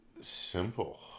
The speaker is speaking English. simple